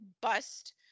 bust